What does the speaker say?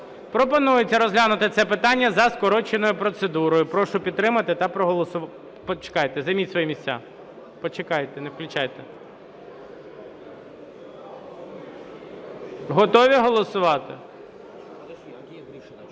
Пропонується розглянути це питання за скороченою процедурою. Прошу підтримати та проголосувати. Почекайте. Займіть свої місця. Почекайте, не включайте. Готові голосувати?